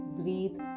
breathe